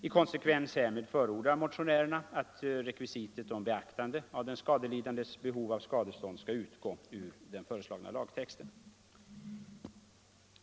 I konsekvens härmed förordar motionärerna att rekvisitet om beaktande av den skadelidandes behov av skadestånd skall utgå ur den föreslagna lagtexten.